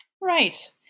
Right